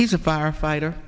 he's a firefighter